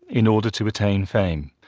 in order to retain fame.